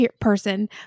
person